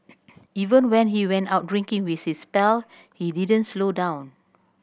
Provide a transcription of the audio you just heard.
even when he went out drinking with his pal he didn't slow down